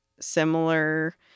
similar